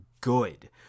good